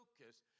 focus